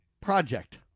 project